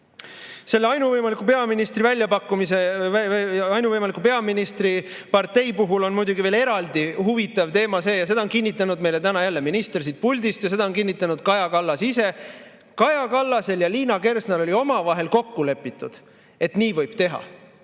Selle ainuvõimaliku peaministri partei puhul on muidugi veel eraldi huvitav teema see – ja seda on kinnitanud meile täna jälle minister siit puldist ja seda on kinnitanud Kaja Kallas ise –, et Kaja Kallasel ja Liina Kersnal oli omavahel kokku lepitud, et nii võib teha.